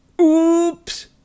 Oops